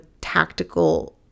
tactical